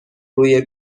روی